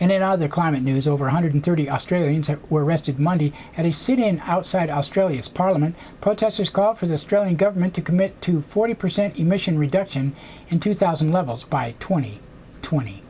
and in other climate news over one hundred thirty australians were arrested monday and the sit in outside australia's parliament protesters called for this drone government to commit to forty percent emission reduction in two thousand levels by twenty twenty